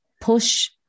push